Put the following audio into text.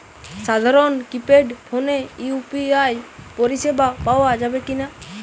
সাধারণ কিপেড ফোনে ইউ.পি.আই পরিসেবা পাওয়া যাবে কিনা?